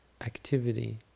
Activity